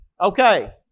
okay